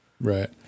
Right